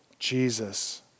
Jesus